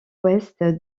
ouest